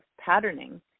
patterning